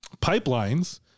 Pipelines